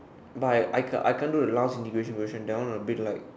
but I I can't I can't do the last immigration question that one a bit like